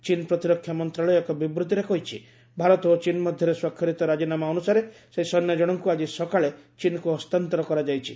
ଚୀନ ପ୍ରତିରକ୍ଷା ମନ୍ତ୍ରଣାଳୟ ଏକ ବିବୃତିରେ କହିଛି ଭାରତ ଓ ଚୀନ ମଧ୍ୟରେ ସ୍ପାକ୍ଷରିତ ରାଜିନାମା ଅନୁସାରେ ସେହି ସୈନ୍ୟଜଣଙ୍କୁ ଆଜି ସକାଳେ ଚୀନ୍କୁ ହସ୍ତାନ୍ତର କରାଯାଇଛି